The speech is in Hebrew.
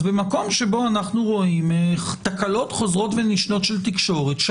אז במקום שבו אנו רואים תקלות חוזרות ונשנות של תקשורת,